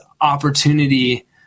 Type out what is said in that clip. opportunity